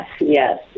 yes